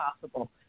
possible